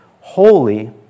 holy